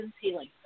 healing